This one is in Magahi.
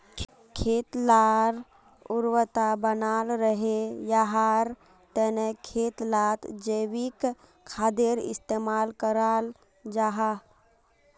खेत लार उर्वरता बनाल रहे, याहार तने खेत लात जैविक खादेर इस्तेमाल कराल जाहा